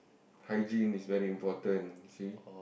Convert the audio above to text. hygiene is very important see